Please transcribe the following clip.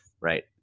right